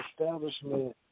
establishment